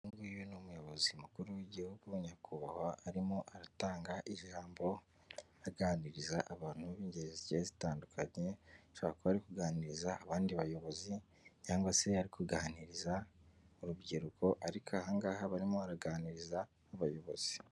Uyu nguyu ni umuyobozi mukuru w'igihugu nyakubahwa arimo aratanga ijambo aganiriza abantu b'ingeri zigiye zitandukanye, ashobora kuba ari kuganiriza abandi bayobozi cyangwa se ari kuganiriza urubyiruko, ariko aha ngaha arimo araganiriza abayobozi.